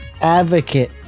advocate